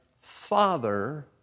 Father